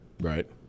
right